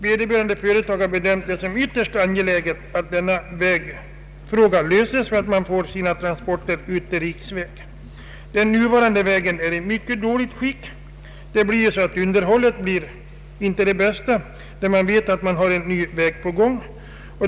Vederbörande företag har bedömt det som ytterst angeläget att denna vägfråga löses för att transporterna skall kunna ske fram till riksväg. Den nuvarande vägen är i mycket dåligt skick. Underhållet blir ju inte heller det bästa när man vet att en ny väg skall byggas.